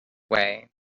way